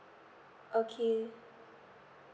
okay